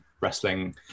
wrestling